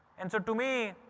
and so to me,